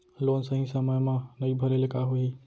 Loan सही समय मा नई भरे ले का होही?